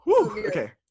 Okay